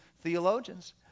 theologians